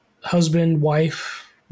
husband-wife